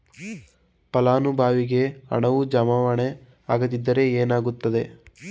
ಫಲಾನುಭವಿಗೆ ಹಣವು ಜಮಾವಣೆ ಆಗದಿದ್ದರೆ ಏನಾಗುತ್ತದೆ?